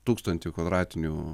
tūkstantį kvadratinių